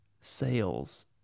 sales